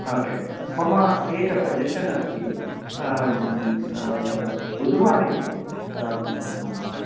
okay मम एकं suggestion अस्ति बुधवासरे